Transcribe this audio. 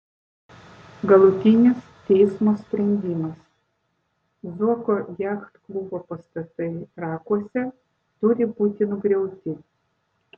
galutinis teismo sprendimas zuoko jachtklubo pastatai trakuose turi būti nugriauti